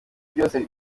ryose